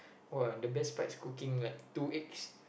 !wah! the best part is cooking like two eggs